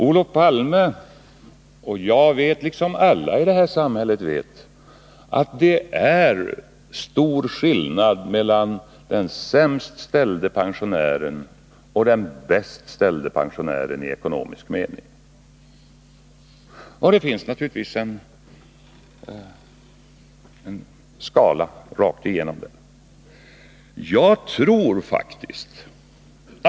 Olof Palme och jag, liksom alla i detta samhälle, vet att det är stor skillnad mellan den i ekonomisk mening sämst ställde och den bäst ställde pensionären. Och det finns naturligtvis en skala rakt igenom hela fältet.